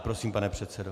Prosím, pane předsedo.